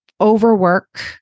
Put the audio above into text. overwork